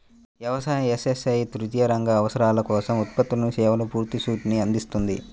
వ్యవసాయ, ఎస్.ఎస్.ఐ తృతీయ రంగ అవసరాల కోసం ఉత్పత్తులు, సేవల పూర్తి సూట్ను అందిస్తుంది